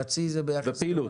חצי זה ביחס למה?